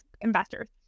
investors